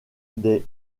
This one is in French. des